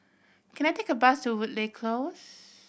can I take a bus to Woodleigh Close